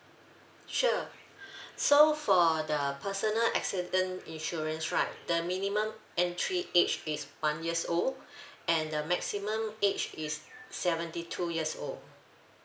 sure so for the personal accident insurance right the minimum entry age is one years old and the maximum age is seventy two years old